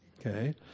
Okay